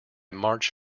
march